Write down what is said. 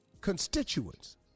constituents